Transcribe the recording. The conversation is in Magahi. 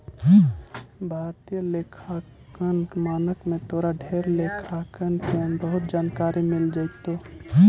भारतीय लेखांकन मानक में तोरा ढेर लेखांकन के बहुत जानकारी मिल जाएतो